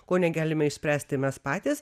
ko negalime išspręsti mes patys